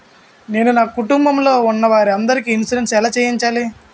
నేను నా కుటుంబం లొ ఉన్న వారి అందరికి ఇన్సురెన్స్ ఎలా చేయించాలి?